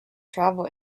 travel